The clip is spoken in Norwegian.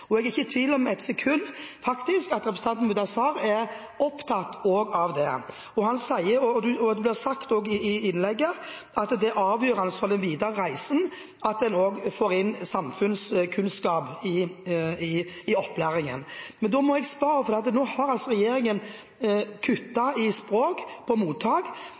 framover. Jeg er ikke ett sekund i tvil om at også representanten Kapur er opptatt av det. Han sier i innlegget at det er avgjørende for den videre reisen at en også får inn samfunnskunnskap i opplæringen. Nå har regjeringen kuttet i språkopplæring på mottak,